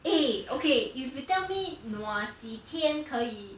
eh okay if you tell me nua 几天可以